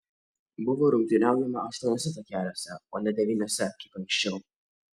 buvo rungtyniaujama aštuoniuose takeliuose o ne devyniuose kaip anksčiau